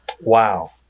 Wow